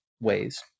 ways